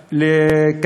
אולי,